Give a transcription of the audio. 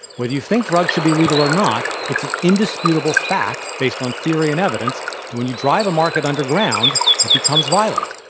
whether you think drugs should be legal or not, it's an indisputable fact, based on theory and evidence, that when you drive a market underground, it becomes violent.